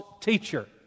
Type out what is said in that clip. teacher